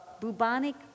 bubonic